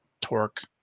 torque